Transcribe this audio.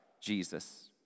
Jesus